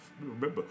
Remember